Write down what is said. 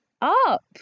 up